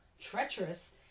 treacherous